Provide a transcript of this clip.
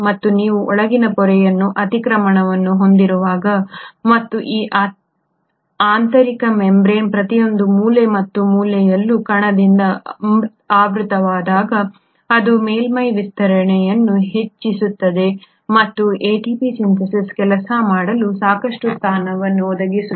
ಮತ್ತು ನೀವು ಒಳಗಿನ ಪೊರೆಯ ಅತಿಕ್ರಮಣವನ್ನು ಹೊಂದಿರುವಾಗ ಮತ್ತು ಈ ಆಂತರಿಕ ಮೆಂಬರೇನ್ ಪ್ರತಿಯೊಂದು ಮೂಲೆ ಮತ್ತು ಮೂಲೆಯು ಈ ಕಣದಿಂದ ಆವೃತವಾದಾಗ ಅದು ಮೇಲ್ಮೈ ವಿಸ್ತೀರ್ಣವನ್ನು ಹೆಚ್ಚಿಸುತ್ತದೆ ಮತ್ತು ಈ ಎಟಿಪಿ ಸಿಂಥೇಸ್ ಕೆಲಸ ಮಾಡಲು ಸಾಕಷ್ಟು ಸ್ಥಾನವನ್ನು ಒದಗಿಸುತ್ತದೆ